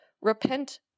repent